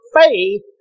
faith